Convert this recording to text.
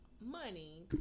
money